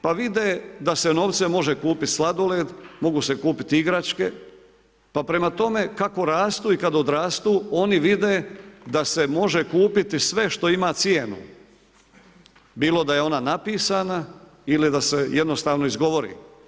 Pa vide da se novcem može kupiti sladoled, mogu se kupiti igračke pa prema tome kako rastu i kada odrastu oni vide da se može kupiti sve što ima cijenu, bilo da je ona napisana ili da se jednostavno izgovori.